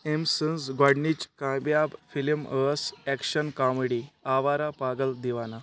أمۍ سٕنٛز گۄڈنِچ کامیاب فِلِم ٲس ایٚکشن کامیڈی ، آوارہ پاگل دیٖوانہ